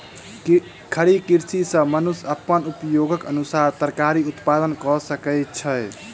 खड़ी कृषि सॅ मनुष्य अपन उपयोगक अनुसार तरकारी उत्पादन कय सकै छै